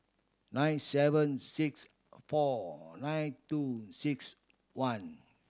nine seven six four nine two six one